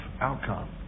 outcome